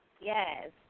Yes